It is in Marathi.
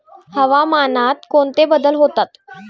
हवामानात कोणते बदल होतात?